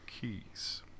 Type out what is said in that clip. Keys